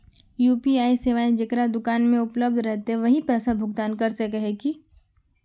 UPI सेवाएं जेकरा दुकान में उपलब्ध रहते वही पैसा भुगतान कर सके है की?